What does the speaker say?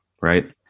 Right